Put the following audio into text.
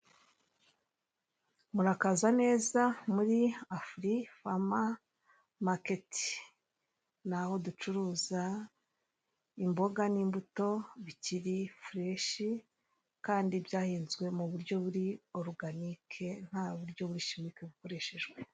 Murakaza neza muri afuri fama maketi, ni aho ducuruza imboga n'imbuto bikiri fureshi kandi byahinzwe mu buryo buri oraganike, nta buryo buri shimike bukoreshejwe.